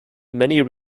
many